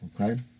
okay